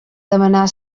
demanar